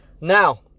now